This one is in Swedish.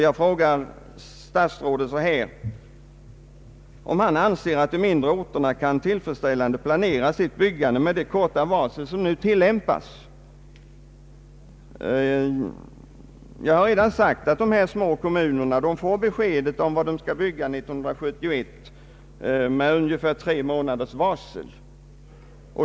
Jag frågade statsrådet, om han ansåg att de mindre orterna kunde tillfredsställande planera sitt byggande med hänsyn till det korta varsel som nu tillämpas. Jag har redan sagt att dessa små kommuner får besked om vad de skall bygga 1971 med ungefär tre månaders varsel.